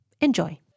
Enjoy